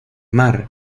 mar